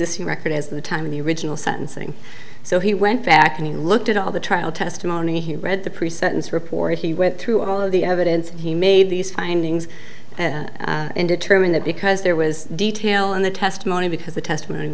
existing record as the time of the original sentencing so he went back and he looked at all the trial testimony he read the pre sentence report he went through all of the evidence he made these findings indeterminate because there was detail in the testimony because the testimony